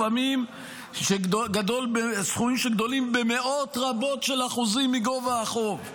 לפעמים בסכומים שגדולים במאות רבות של אחוזים מגובה החוב.